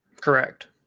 Correct